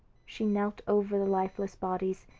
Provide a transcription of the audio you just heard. she knelt over the lifeless bodies,